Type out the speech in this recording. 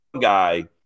guy